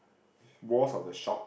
walls of the shop